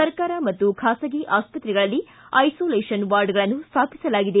ಸರ್ಕಾರ ಮತ್ತು ಖಾಸಗಿ ಆಸ್ತ್ರೆಗಳಲ್ಲಿ ಐಸೋಲೇಷನ್ ವಾರ್ಡ್ಗಳನ್ನು ಸ್ಥಾಪಿಸಲಾಗಿದೆ